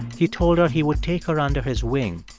he told her he would take her under his wing,